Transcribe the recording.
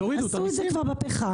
עשו את זה בפחם.